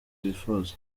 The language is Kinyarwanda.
bifuza